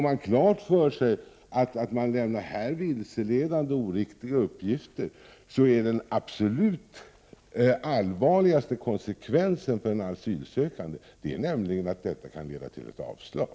Man bör genom upplysning få klart för sig att den absolut allvarligaste konsekvensen för den asylsökande, om han lämnar vilseledande och oriktiga uppgifter, är att det kan leda till ett avslag.